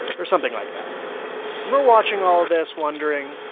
or something like that. and we're watching all of this, wondering,